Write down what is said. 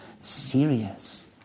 Serious